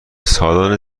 سالن